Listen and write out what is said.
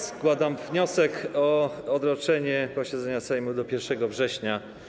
Składam wniosek o odroczenie posiedzenia Sejmu do 1 września.